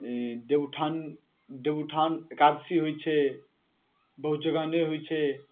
देवउठान देवउठान एकादशी होइ छै बहुत जगह नहि होइ छै